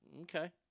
Okay